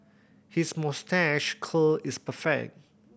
his moustache curl is perfect